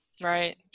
right